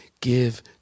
Give